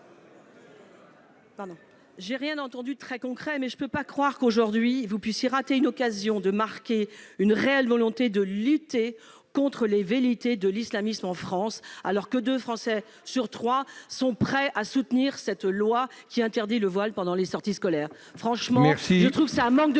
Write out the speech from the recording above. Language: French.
n'ai rien entendu de très concret, mais je ne peux pas croire que, aujourd'hui, vous puissiez rater une occasion de faire montre d'une réelle volonté de lutter contre les velléités de l'islamisme en France, alors que deux Français sur trois sont prêts à soutenir la proposition de loi interdisant le port du voile pendant les sorties scolaires. Franchement, je trouve qu'il y a là un manque de courage